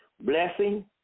blessing